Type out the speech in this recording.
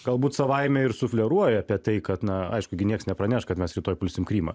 galbūt savaime ir sufleruoja apie tai kad na aišku gi nieks nepraneš kad mes rytoj pulsim krymą